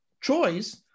choice